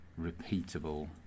repeatable